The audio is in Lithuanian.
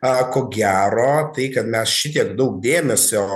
a ko gero tai kad mes šitiek daug dėmesio